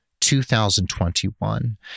2021